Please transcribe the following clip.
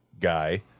guy